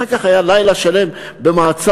אחר כך היה לילה שלם במעצר,